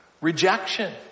Rejection